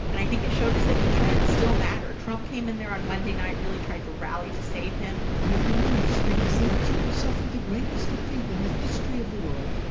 and i think it showed us that candidates still matter. trump came in there on monday night, really tried to rally to save him and if you lose, they're going to say, trump suffered the greatest defeat in the history of the world.